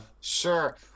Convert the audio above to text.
sure